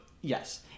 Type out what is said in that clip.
Yes